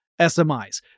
SMIs